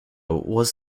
was